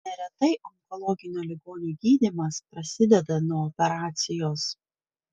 neretai onkologinio ligonio gydymas prasideda nuo operacijos